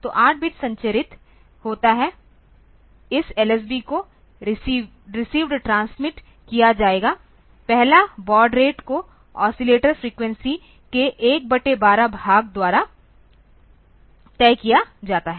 तो 8 बिट संचरित होता है इस LSB को रेसिवेद ट्रांसमिट किया जाएगा पहला बॉड रेट को ओसीलेटर फ्रीक्वेंसी के 1 बटे 12 भाग द्वारा तय किया जाता है